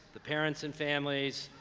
the parents, and families,